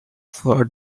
for